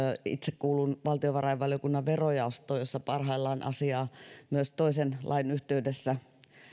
itse kuulun valtiovarainvaliokunnan verojaostoon jossa parhaillaan sama asia on myös toisen lain yhteydessä